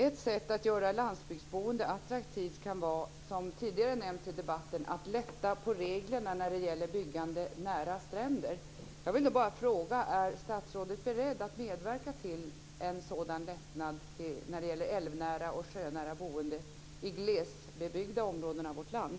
Ett sätt att göra landsbygdsboende attraktivt kan vara att, som tidigare har nämnts i debatten, lätta på reglerna när det gäller byggande nära stränder. Jag vill bara fråga om statsrådet är beredd att medverka till en sådan lättnad när det gäller älvnära och sjönära boende i glesbebyggda områden av vårt land.